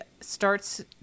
starts